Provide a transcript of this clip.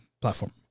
platform